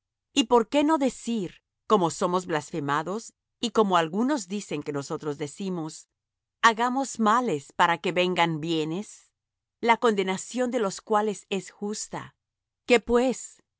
y por qué no decir como somos blasfemados y como algunos dicen que nosotros decimos hagamos males para que vengan bienes la condenación de los cuales es justa qué pues